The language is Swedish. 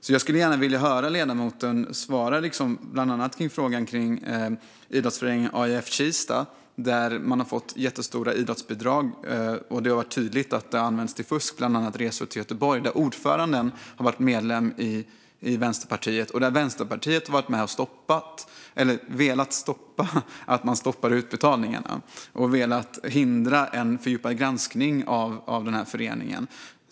Jag skulle gärna vilja höra ledamoten svara bland annat på frågan kring idrottsföreningen AIF Kista, som har fått jättestora idrottsbidrag. Det har varit tydligt att de har använts till fusk. Det har bland annat gjorts resor till Göteborg. Ordföranden har varit medlem i Vänsterpartiet, och Vänsterpartiet har velat hindra att man stoppar utbetalningarna och velat hindra en fördjupad granskning av föreningen.